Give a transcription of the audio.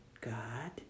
God